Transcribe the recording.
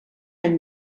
any